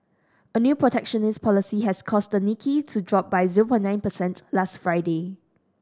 a new protectionist policy has caused the Nikkei to drop by zoo or nine percent last Friday